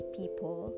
people